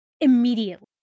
immediately